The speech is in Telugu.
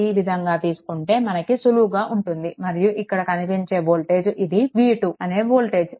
ఈ విధంగా తీసుకుంటే మనకు సులువుగా ఉంటుంది మరియు ఇక్కడ కనిపించే వోల్టేజ్ ఇది v2 అనే వోల్టేజ్